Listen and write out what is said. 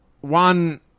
One